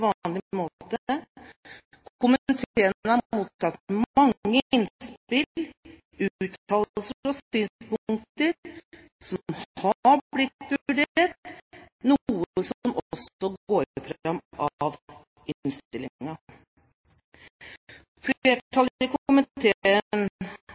mottatt mange innspill, uttalelser og synspunkter som har blitt vurdert, noe som også går fram av